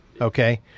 okay